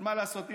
מה לעשות,